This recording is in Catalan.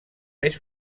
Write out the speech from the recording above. més